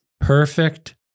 perfect